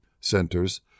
Centers